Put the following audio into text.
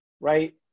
right